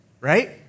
right